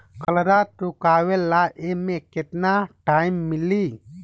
कर्जा चुकावे ला एमे केतना टाइम मिली?